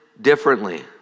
differently